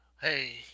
Hey